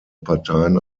parteien